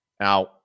Now